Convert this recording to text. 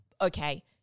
Okay